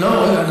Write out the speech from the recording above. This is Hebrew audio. לא, רגע.